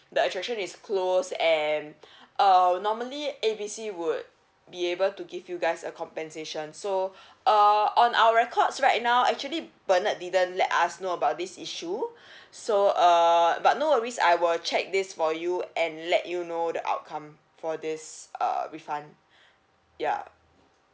the attraction is closed and uh normally A B C would be able to give you guys a compensation so err on our records right now actually bernard didn't let us know about this issue so err but no worries I will check this for you and let you know the outcome for this err refund ya